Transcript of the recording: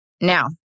Now